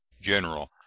general